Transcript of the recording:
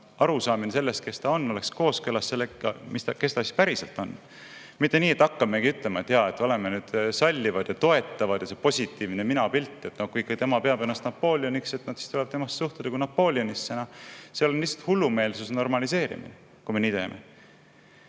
arusaamine sellest, kes ta on, oleks kooskõlas sellega, kes ta päriselt on. Mitte nii, et hakkamegi ütlema, et jaa, oleme nüüd sallivad ja toetavad ja kui tal on see positiivne minapilt, kui ta peab ennast Napoleoniks, siis tuleb temasse suhtuda kui Napoleonisse. Seal on lihtsalt hullumeelsuse normaliseerimine, kui me nii teeme.